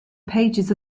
pages